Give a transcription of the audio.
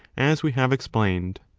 as we have explained.